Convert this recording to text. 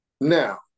Now